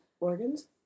organs